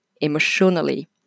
emotionally